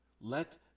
Let